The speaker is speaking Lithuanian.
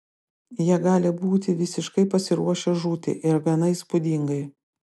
jie gali būti visiškai pasiruošę žūti ir gana įspūdingai